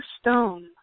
stone